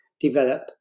develop